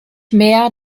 mehr